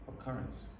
occurrence